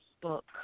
book